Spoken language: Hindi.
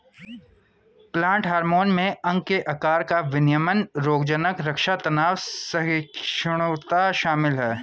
प्लांट हार्मोन में अंग के आकार का विनियमन रोगज़नक़ रक्षा तनाव सहिष्णुता शामिल है